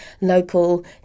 local